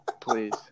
Please